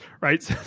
right